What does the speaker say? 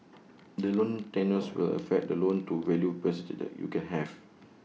the loan tenures will affect the loan to value percentage that you can have